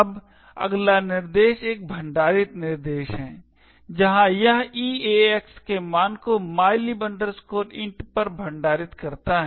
अब अगला निर्देश एक भंडारित निर्देश है जहाँ यह EAX के मान को mylib int पर भंडारित करता है